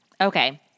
Okay